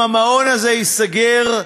אם המעון הזה ייסגר,